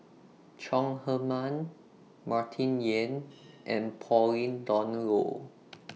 Chong Heman Martin Yan and Pauline Dawn Loh